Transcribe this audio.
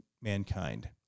mankind